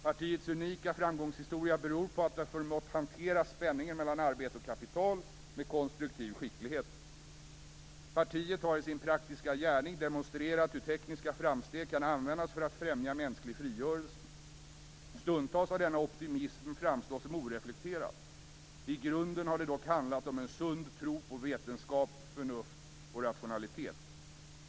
Partiets unika framgångshistoria beror på att det förmått hantera spänningen mellan arbete och kapital med konstruktiv skicklighet. Partiet har i sin praktiska gärning demonstrerat hur tekniska framsteg kan användas för att främja mänsklig frigörelse. Stundtals har denna optimism framstått som oreflekterad. I grunden har det dock handlat om en sund tro på vetenskap, förnuft och rationalitet.